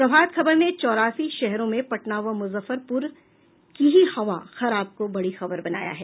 प्रभात खबर ने चौरासी शहरों में पटना व मुजफ्फरपुर की ही हवा खराब को बड़ी खबर बनाया है